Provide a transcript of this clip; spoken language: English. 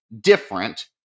different